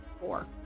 four